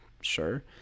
sure